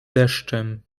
deszczem